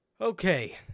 okay